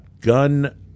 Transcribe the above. gun